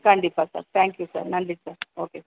கண்டிப்பாக sir thank you sir நன்றி sir okay